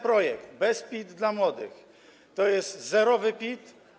Projekt „Bez PIT dla młodych” to jest zerowy PIT.